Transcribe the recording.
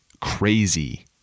crazy